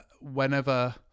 whenever